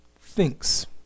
thinks